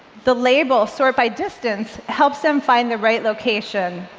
the label, sort by distance, helps them find the right location.